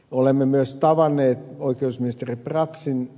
olemme myös tavanneet oikeusministeri braxin